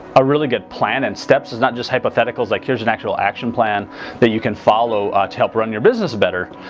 a really good plan and steps is not just hypotheticals like here's an actual action plan that you can follow to help run your business better.